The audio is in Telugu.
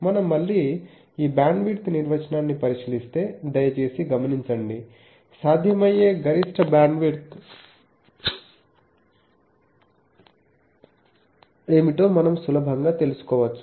మనం మళ్ళీ ఈ బ్యాండ్విడ్త్ నిర్వచనాన్ని పరిశీలిస్తే దయచేసి గమనించండి సాధ్యమయ్యే గరిష్ట బ్యాండ్విడ్త్ ఏమిటో మనం సులభంగా తెలుసుకోవచ్చు